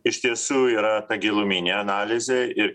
iš tiesų yra ta giluminė analizė ir